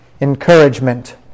encouragement